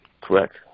correct